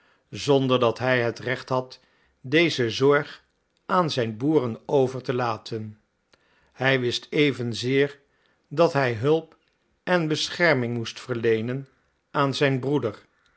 zonder dat hij het recht had deze zorg aan zijn boeren over te laten hij wist evenzeer dat hij hulp en bescherming moest verleenen aan zijn broeder